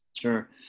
Sure